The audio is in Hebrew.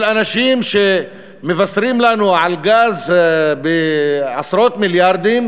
של אנשים שמבשרים לנו על גז בעשרות מיליארדים